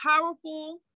powerful